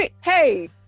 hey